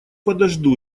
подожду